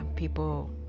people